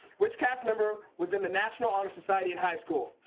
which cast member was in the national honor society in high school.